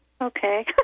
Okay